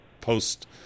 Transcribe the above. post